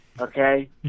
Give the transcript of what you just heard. Okay